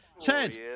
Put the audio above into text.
Ted